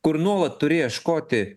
kur nuolat turi ieškoti